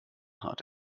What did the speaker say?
hart